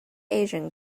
asian